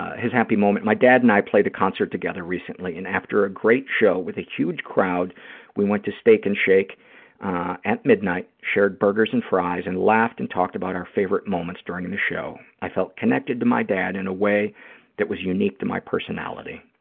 his happy moment, my dad and i played a concert together recently, and after a great show with a huge crowd we went to steak n shake at midnight, shared burgers and fries and laughed and talked about our favorite moments during the show. i felt connected to my dad in a way that was unique to my personality.